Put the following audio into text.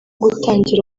gutangira